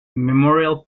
memorial